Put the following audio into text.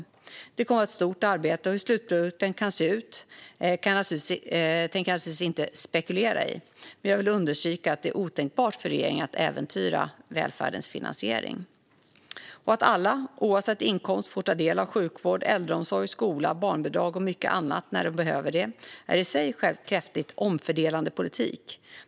Det kommer att vara ett stort arbete, och hur slutprodukten kan komma att se ut tänker jag naturligtvis inte spekulera i. Jag vill dock understryka att det är otänkbart för regeringen att äventyra välfärdens finansiering. Att alla - oavsett inkomst - får ta del av sjukvård, äldreomsorg, skola, barnbidrag och mycket annat när de behöver det, är i sig själv kraftigt omfördelande politik.